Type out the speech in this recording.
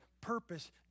purpose